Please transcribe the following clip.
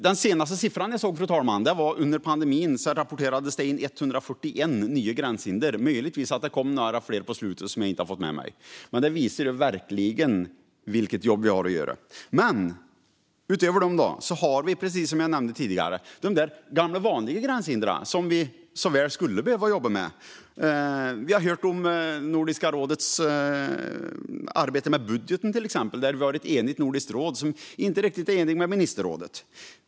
Den senaste siffran jag såg var under pandemin. Då rapporterades det in 141 nya gränshinder. Möjligen tillkom det några fler på slutet som jag inte fått med mig. Detta visar dock vilket jobb vi har att göra. Utöver dessa har vi, som jag tidigare nämnde, de gamla vanliga gränshindren som vi behöver jobba med. Vi har hört om Nordiska rådets arbete med budgeten och att rådet inte är enigt med ministerrådet.